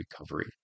recovery